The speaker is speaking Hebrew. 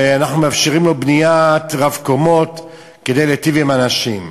ואנחנו מאפשרים בניית רב-קומות כדי להיטיב עם האנשים.